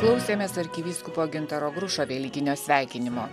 klausėmės arkivyskupo gintaro grušo velykinio sveikinimo